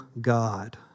God